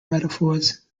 metaphors